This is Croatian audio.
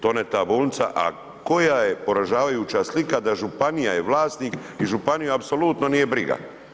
Tone ta bolnica, a koja je poražavajuća slika da županija je vlasnik i županiju apsolutno nije briga.